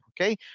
Okay